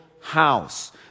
house